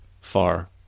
far